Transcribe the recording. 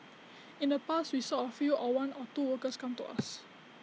in the past we saw A few or one or two workers come to us